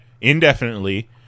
indefinitely